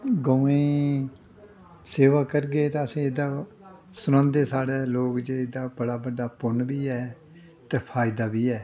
गउएं दी सेवा करगे तां असें गी एह्दा सनांदे साढ़े लोग जे एह्दा बड़ा बड्डा पुन्न बी ऐ ते फायदा बी ऐ